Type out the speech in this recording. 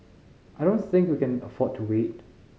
I don't think we can afford to wait